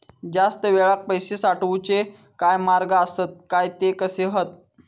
जास्त वेळाक पैशे साठवूचे काय मार्ग आसत काय ते कसे हत?